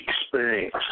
experience